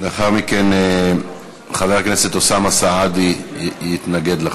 לאחר מכן, חבר הכנסת אוסאמה סעדי יתנגד לחוק.